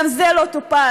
וגם זה לא טופל.